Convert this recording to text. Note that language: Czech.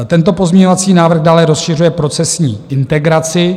Tento pozměňovací návrh dále rozšiřuje procesní integraci.